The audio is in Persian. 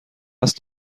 است